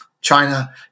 china